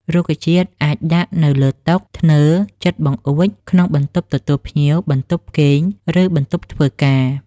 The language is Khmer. រុក្ខជាតិអាចដាក់នៅលើតុ ធ្នើរ ជិតបង្អួច ក្នុងបន្ទប់ទទួលភ្ញៀវ បន្ទប់គេង ឬបន្ទប់ធ្វើការ។